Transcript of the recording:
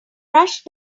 rush